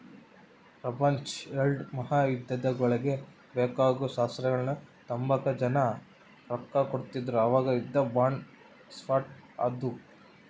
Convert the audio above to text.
ಪ್ರಪಂಚುದ್ ಎಲ್ಡೂ ಮಹಾಯುದ್ದಗುಳ್ಗೆ ಬೇಕಾಗೋ ಶಸ್ತ್ರಗಳ್ನ ತಾಂಬಕ ಜನ ರೊಕ್ಕ ಕೊಡ್ತಿದ್ರು ಅವಾಗ ಯುದ್ಧ ಬಾಂಡ್ ಸ್ಟಾರ್ಟ್ ಆದ್ವು